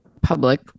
public